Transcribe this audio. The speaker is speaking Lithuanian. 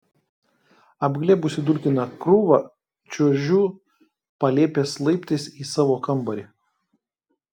apglėbusi dulkiną krūvą čiuožiu palėpės laiptais į savo kambarį